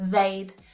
they'd.